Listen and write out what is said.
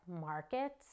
markets